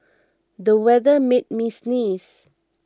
the weather made me sneeze